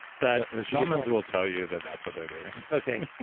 but shamans will tell you that that's what they're doing okay.